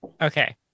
okay